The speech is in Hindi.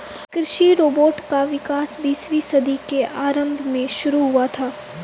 कृषि रोबोट का विकास बीसवीं सदी के आरंभ में शुरू हुआ था